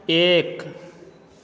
एक